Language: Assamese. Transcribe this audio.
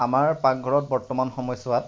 আমাৰ পাকঘৰত বৰ্তমান সময়ছোৱাত